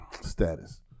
status